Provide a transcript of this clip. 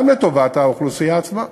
גם לטובת האוכלוסייה עצמה.